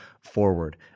forward